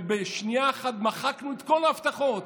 ובשנייה אחת מחקנו את כל ההבטחות,